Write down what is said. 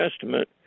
Testament